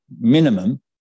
minimum